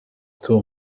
two